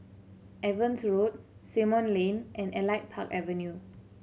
Evans Road Simon Lane and Elite Park Avenue